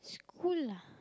cool lah